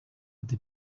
ati